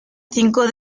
cinco